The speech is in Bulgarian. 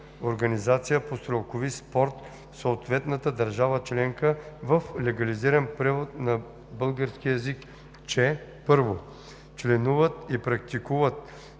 организация по стрелкови спорт в съответната държава членка в легализиран превод на български език, че: 1. членуват и практикуват стрелкови